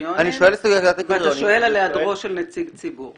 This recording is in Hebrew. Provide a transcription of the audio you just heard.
הקריטריונים ואתה שואל על היעדרו של נציג ציבור.